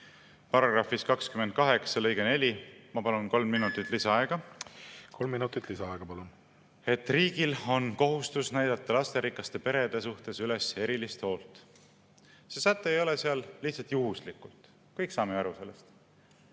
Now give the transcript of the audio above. § 28 lõige 4 ... Ma palun kolm minutit lisaaega. Kolm minutit lisaaega, palun! … et riigil on kohustus näidata lasterikaste perede suhtes üles erilist hoolt. See säte ei ole seal juhuslikult, me kõik saame sellest